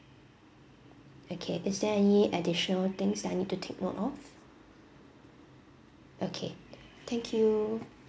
okay is there any additional things that I need to take note of okay thank you